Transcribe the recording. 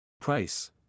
Price